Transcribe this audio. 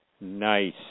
Nice